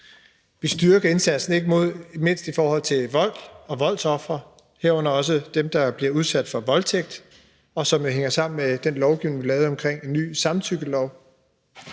Vi styrker indsatsen og ikke mindst i forhold til vold og voldsofre, herunder også dem, der bliver udsat for voldtægt, som hænger sammen med den nye lovgivning, vi lavede omkring samtykke.